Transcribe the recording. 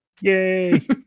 Yay